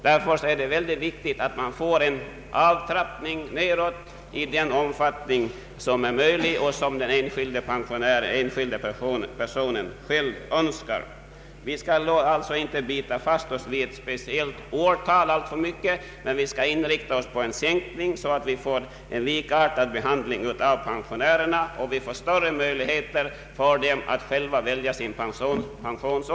Därför är det mycket viktigt att få till stånd en avtrappning nedåt i en omfattning som är möjlig i enlighet med den enskilde personens eget önskemål. Vi skall alltså inte låsa fast oss alltför mycket vid en speciell ålder, men vi skall inrikta oss på en sänkning så att vi får en likartad behandling av pensionärerna, större möjligheter för dem att själva välja sin pensionsålder och större Ang.